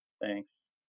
Thanks